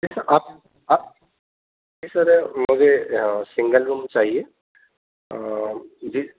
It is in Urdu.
جی سر آپ آپ جی سر مجھے سنگل روم چاہیے جی